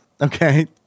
Okay